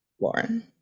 Lauren